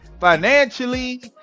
financially